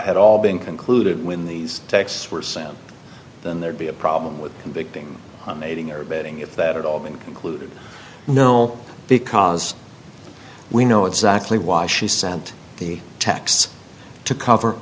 had all been concluded when these texts were sent then there'd be a problem with convicting mating or betting if that at all being included nowell because we know exactly why she sent the texts to cover